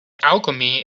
alchemy